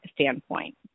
standpoint